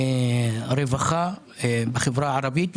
הרווחה בחברה הערבית,